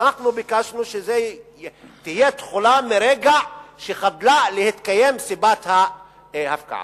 אנחנו ביקשנו שתהיה תחולה מרגע שחדלה להתקיים סיבת ההפקעה,